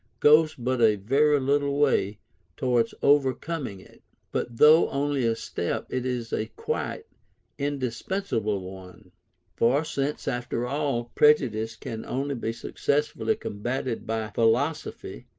goes but a very little way towards overcoming it but though only a step, it is a quite indispensable one for since, after all, prejudice can only be successfully combated by philosophy,